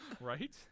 Right